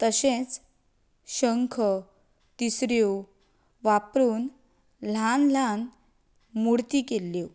तशेंच शंख तिसऱ्यो वापरून ल्हान ल्हान मुर्ती केल्ल्यो